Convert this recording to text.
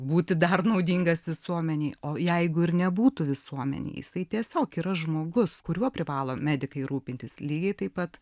būti dar naudingas visuomenei o jeigu ir nebūtų visuomenei jisai tiesiog yra žmogus kuriuo privalo medikai rūpintis lygiai taip pat